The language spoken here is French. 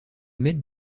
mettent